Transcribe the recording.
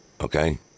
Okay